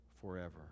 forever